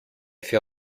fait